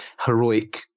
heroic